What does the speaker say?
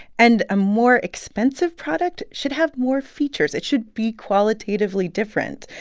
and a more expensive product should have more features. it should be qualitatively different.